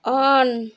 on